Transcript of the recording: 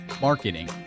marketing